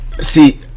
See